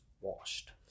washed